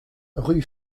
rue